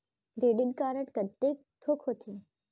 Credit card कतेक ठोक होथे?